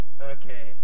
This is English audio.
Okay